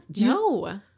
No